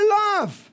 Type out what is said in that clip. love